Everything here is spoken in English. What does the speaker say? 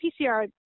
PCR